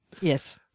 Yes